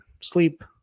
sleep